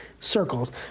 circles